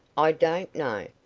i don't know.